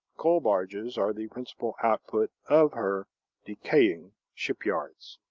coal barges are the principal output of her decaying shipyards.